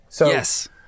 Yes